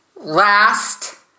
last